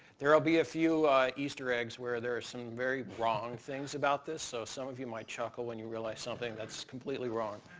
there will be a few easter eggs where there are some very wrong things about this, so some of you might chuckle when you realize something that's completely wrong.